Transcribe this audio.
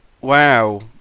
wow